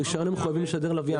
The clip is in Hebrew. ברישיון הם מחויבים לשדר בלוויין.